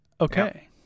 okay